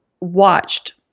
watched